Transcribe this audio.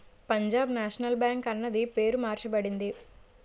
Punjab National Bank అన్నది పేరు మార్చబడింది